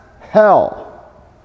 hell